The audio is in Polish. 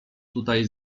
tutaj